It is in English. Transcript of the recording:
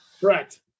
Correct